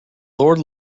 lord